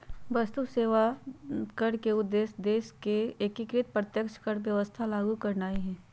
वस्तु आऽ सेवा कर के उद्देश्य देश में एकीकृत अप्रत्यक्ष कर व्यवस्था लागू करनाइ हइ